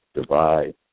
divide